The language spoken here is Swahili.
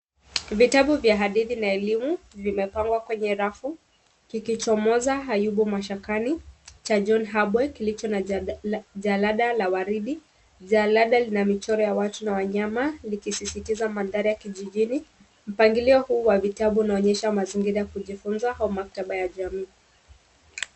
Vitabu vya hadithi na elimu vimepangwa kwenye rafu, kikichomoza Ayubu Mashakani, cha John Habwe, kilicho na jalada la waridi, jalada linamichoro ya watu na wanyama likisisitiza mandhari ya kijijini, mpangilio huu wa vitabu inaonyesha mazingira ya kujifunza au maktaba ya jamii.